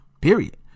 period